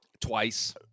Twice